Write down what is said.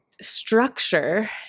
structure